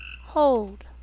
Hold